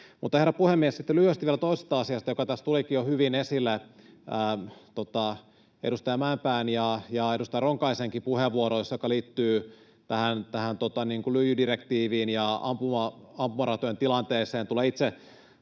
Mutta, herra puhemies, sitten lyhyesti vielä toisesta asiasta, joka tässä tulikin jo hyvin esille edustaja Mäenpään ja edustaja Ronkaisenkin puheenvuoroissa ja joka liittyy tähän lyijydirektiiviin ja ampumaratojen tilanteeseen. Tulen itse